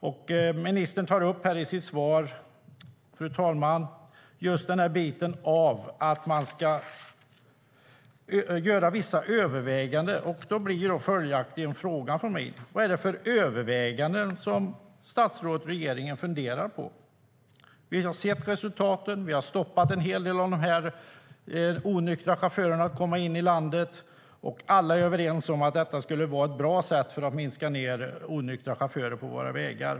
Ministern tar i sitt svar upp, fru talman, just biten om att man ska göra vissa överväganden. Då blir följaktligen frågan från mig: Vad är det för överväganden statsrådet och regeringen funderar på? Vi har sett resultaten. Vi har stoppat en hel del av de onyktra chaufförerna från att komma in i landet, och alla är överens om att detta skulle vara ett bra sätt att minska antalet onyktra chaufförer på våra vägar.